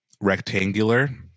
rectangular